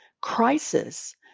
crisis